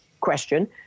question